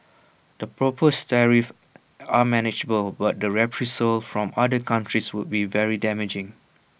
the proposed tariffs are manageable but the reprisals from other countries would be very damaging